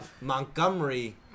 Montgomery